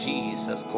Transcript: Jesus